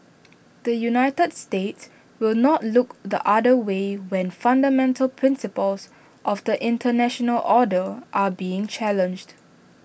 the united states will not look the other way when fundamental principles of the International order are being challenged